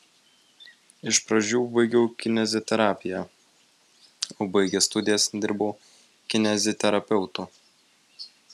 iš pradžių baigiau kineziterapiją o baigęs studijas dirbau kineziterapeutu